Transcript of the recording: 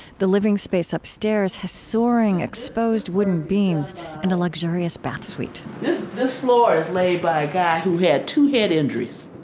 the living space upstairs has soaring, exposed wooden beams and a luxurious bath suite this floor is laid by a guy who had two head injuries